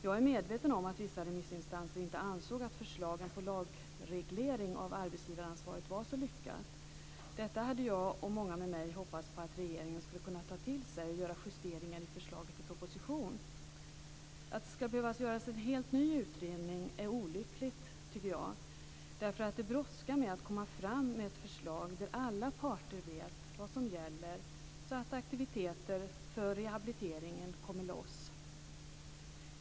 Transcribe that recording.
Jag är medveten om att vissa remissinstanser inte ansåg att förslagen om lagreglering av arbetsgivaransvaret var så lyckat. Detta hade jag och många med mig hoppats att regeringen skulle kunna ta till sig genom justeringar i förslaget till proposition. Att det skall behöva göras en helt ny utredning är olyckligt, tycker jag, för det brådskar att komma fram med ett förslag där alla parter vet vad som gäller så att aktiviteter för rehabiliteringen kommer loss.